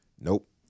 nope